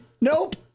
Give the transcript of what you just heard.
Nope